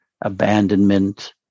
abandonment